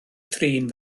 thrin